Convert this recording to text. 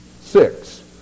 six